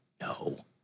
no